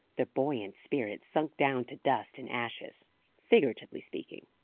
their buoyant spirits sunk down to dust and ashes figuratively speaking.